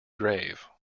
grave